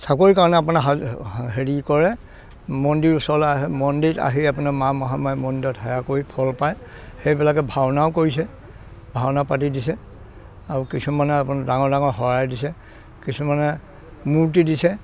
চাকৰিৰ কাৰণে আপোনাৰ হেৰি কৰে মন্দিৰৰ ওচৰলৈ আহে মন্দিৰ আহি আপোনাৰ মা মহামায়া মন্দিৰত সেৱা কৰি ফল পায় সেইবিলাকে ভাওনাও কৰিছে ভাওনা পাৰ্টি দিছে আৰু কিছুমানে আপোনাৰ ডাঙৰ ডাঙৰ শৰাই দিছে কিছুমানে মূৰ্তি দিছে